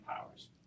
powers